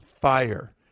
fire